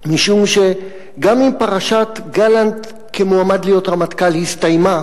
משום שגם אם פרשת גלנט כמועמד להיות רמטכ"ל הסתיימה,